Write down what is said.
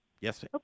yes